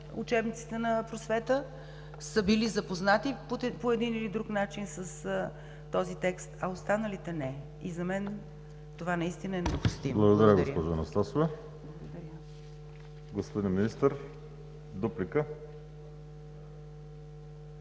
учебниците на „Просвета“, са били запознати по един или друг начин с този текст, а останалите не. И за мен това наистина е недопустимо. Благодаря. ПРЕДСЕДАТЕЛ ВАЛЕРИ